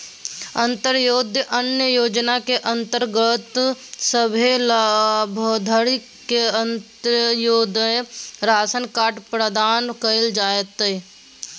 अंत्योदय अन्न योजना के अंतर्गत सभे लाभार्थि के अंत्योदय राशन कार्ड प्रदान कइल जयतै